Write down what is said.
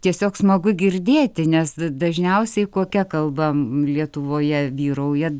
tiesiog smagu girdėti nes dažniausiai kokia kalba lietuvoje vyrauja